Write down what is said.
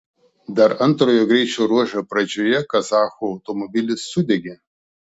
dar antrojo greičio ruožo pradžioje kazachų automobilis sudegė